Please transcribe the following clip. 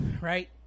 right